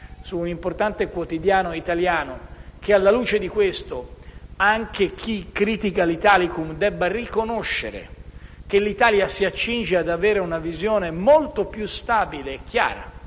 su un importante quotidiano italiano, che alla luce di questo anche chi critica l'Italicum debba riconoscere che l'Italia si accinge ad avere una visione molto più stabile e chiara,